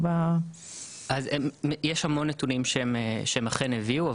אז יש המון נתונים שהם אכן הביאו,